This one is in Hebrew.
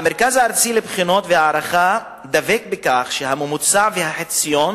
המרכז הארצי לבחינות והערכה דבק בכך שהממוצע והחציון